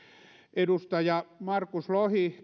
edustaja markus lohi